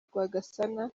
rwagasana